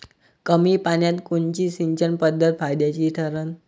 कमी पान्यात कोनची सिंचन पद्धत फायद्याची ठरन?